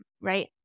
right